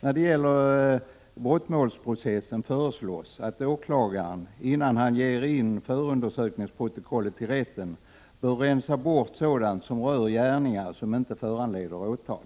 När det gäller brottmålsprocessen föreslås att åklagaren, innan han ger in förundersökningsprotokollet till rätten, bör rensa bort sådant som rör gärningar som inte föranleder åtal.